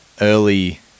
early